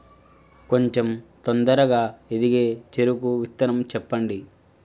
కొంచం తొందరగా ఎదిగే చెరుకు విత్తనం చెప్పండి?